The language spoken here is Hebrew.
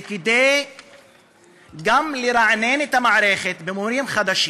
וגם כדי לרענן את המערכת במורים חדשים,